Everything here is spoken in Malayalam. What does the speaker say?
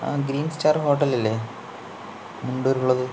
ആ ഗ്രീൻ സ്റ്റാർ ഹോട്ടലല്ലേ മുണ്ടൂര് ഉള്ളത്